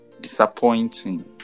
Disappointing